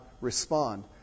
respond